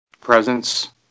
presence